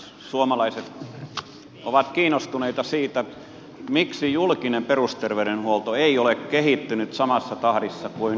suomalaiset ovat kiinnostuneita siitä miksi julkinen perusterveydenhuolto ei ole kehittynyt samassa tahdissa kuin julkinen erikoissairaanhoito